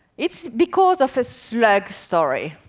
it's because of a slug story.